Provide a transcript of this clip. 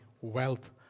wealth